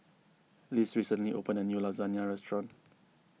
Liz recently opened a new Lasagne restaurant